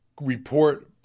report